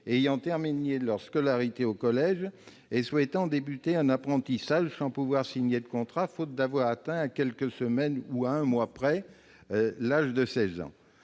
ayant terminé leur scolarité au collège et souhaitant débuter un apprentissage sans pouvoir signer de contrat, faute d'avoir atteint, à quelques semaines ou à un mois près, l'âge de 16 ans.